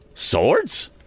Swords